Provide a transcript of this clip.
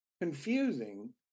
confusing